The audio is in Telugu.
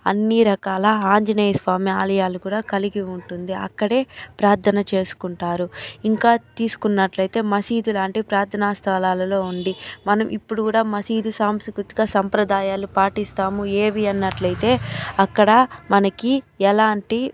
అన్నీ రకాల ఆంజనేయ స్వామి ఆలయాలు కూడా కలిగి ఉంటుంది అక్కడే ప్రార్ధన చేసుకుంటారు ఇంకా తీసుకున్నట్లైతే మసీదు లాంటి ప్రార్ధనా స్థలాలలో ఉండి మనమిప్పుడు కూడా మసీదు సాంస్కృతిక సాంప్రదాయాలు పాటిస్తాము ఏవి అన్నట్లయితే అక్కడ మనకి ఎలాంటి